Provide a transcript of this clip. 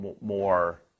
more